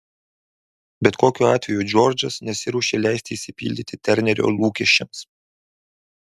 bet kokiu atveju džordžas nesiruošė leisti išsipildyti ternerio lūkesčiams